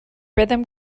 rhythm